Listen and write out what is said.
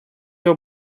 your